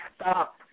Stop